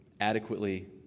adequately